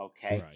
Okay